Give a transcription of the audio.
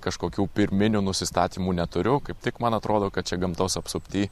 kažkokių pirminių nusistatymų neturiu kaip tik man atrodo kad čia gamtos apsupty